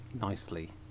nicely